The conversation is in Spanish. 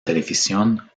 televisión